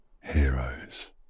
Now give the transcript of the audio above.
heroes